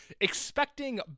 expecting